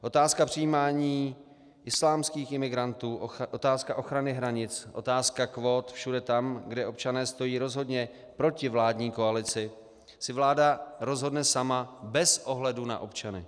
Otázka přijímání islámských imigrantů, otázka ochrany hranic, otázka kvót všude tam, kde občané stojí rozhodně proti vládní koalici, si vláda rozhodne sama bez ohledu na občany.